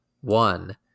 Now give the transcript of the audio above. one